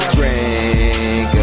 Drink